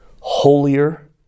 holier